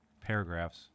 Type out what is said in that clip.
paragraphs